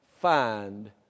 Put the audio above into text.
find